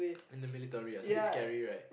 in the military it's a bit scary right